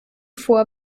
vor